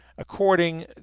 According